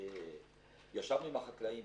ישבנו עם החקלאים,